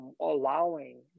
allowing